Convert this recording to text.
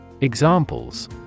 Examples